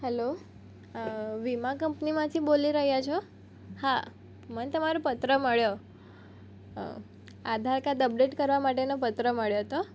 hello વીમા કંપનીમાંથી બોલી રહ્યા છો હા મને તમારો પત્ર મળ્યો આધાર કાર્ડ અપડેટ કરવા માટેનો પત્ર મળ્યો તો